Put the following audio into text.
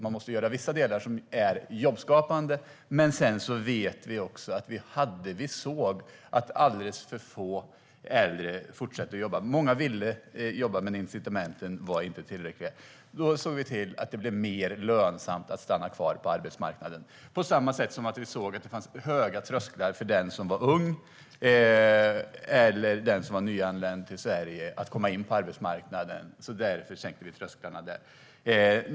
Man måste göra vissa delar som är jobbskapande, men vi såg också att alldeles för få äldre fortsatte att jobba. Många ville jobba, men incitamenten var inte tillräckliga. Då såg vi till att det blev mer lönsamt att stanna kvar på arbetsmarknaden. På samma sätt såg vi att det fanns höga trösklar in på arbetsmarknaden för den som var ung eller nyanländ till Sverige. Därför sänkte vi trösklarna där.